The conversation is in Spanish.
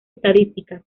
estadísticas